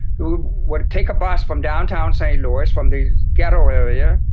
who would take a bus from downtown st louis, from the ghetto area,